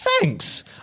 thanks